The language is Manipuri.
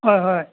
ꯍꯣꯏ ꯍꯣꯏ